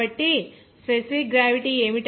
కాబట్టి specific gravity ఏమిటంటే 0